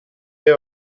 les